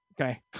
Okay